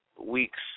weeks